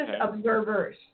Observers